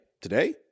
today